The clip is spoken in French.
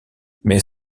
mais